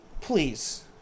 please